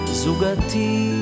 zugati